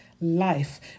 life